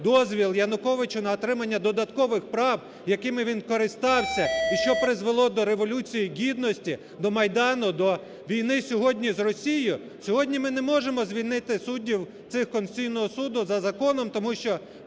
дозвіл Януковичу на отримання додаткових прав, якими він скористався, і що призвело до Революції Гідності, до Майдану, до війни сьогодні з Росією, сьогодні ми не можемо звільнити суддів цих Конституційного Суду за законом, тому що